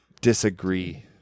Disagree